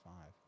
five